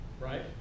right